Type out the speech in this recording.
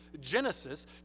Genesis